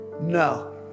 No